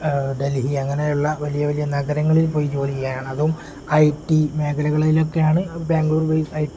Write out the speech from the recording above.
ഡൽഹി അങ്ങനെയുള്ള വലിയ വലിയ നഗരങ്ങളിൽ പോയി ജോലി ചെയ്യാനാണ് അതും ഐ ടി മേഖലകളിലൊക്കെയാണ് ബാംഗ്ലൂർ ബേസ് ഐ ടി